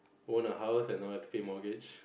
own a house and not have to pay mortgage